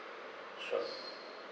sure